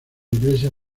iglesia